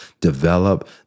develop